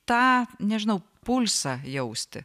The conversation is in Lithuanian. tą nežinau pulsą jausti